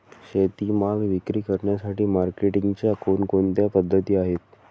शेतीमाल विक्री करण्यासाठी मार्केटिंगच्या कोणकोणत्या पद्धती आहेत?